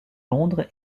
londres